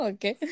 Okay